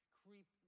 creep